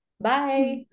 bye